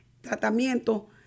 tratamiento